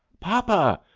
papa!